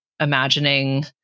imagining